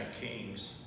Kings